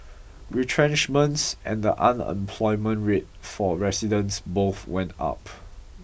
retrenchments and the unemployment rate for residents both went up